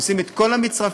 עושים את כל המצרפים,